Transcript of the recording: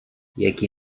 які